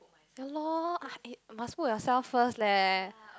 ya lor ah must put yourself first leh